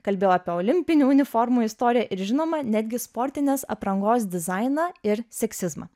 kalbėjau apie olimpinių uniformų istoriją ir žinoma netgi sportinės aprangos dizainą ir seksizmą